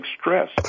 stress